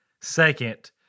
Second